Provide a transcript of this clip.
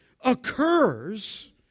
occurs